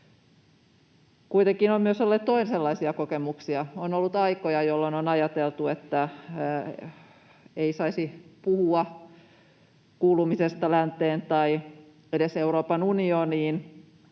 Kuitenkin on ollut myös toisenlaisia kokemuksia. On ollut aikoja, jolloin on ajateltu, että ei saisi puhua kuulumisesta länteen tai edes Euroopan unioniin.